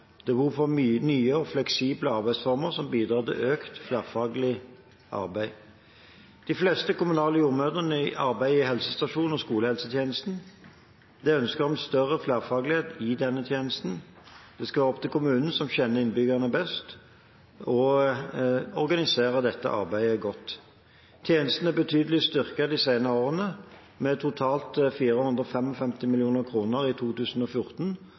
Det er behov for nye og fleksible arbeidsformer som bidrar til økt flerfaglig arbeid. De fleste kommunale jordmødrene arbeider i helsestasjons- og skolehelsetjenesten. Det er ønske om større flerfaglighet i denne tjenesten. Det vil være opp til kommunene, som kjenner innbyggerne best, å organisere dette arbeidet godt. Tjenesten er betydelig styrket de senere årene med totalt 455 mill. kr i 2014 og 2015 og forslag om ytterligere 200 mill. kr i